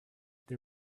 they